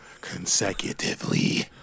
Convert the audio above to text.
consecutively